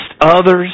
others